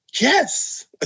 Yes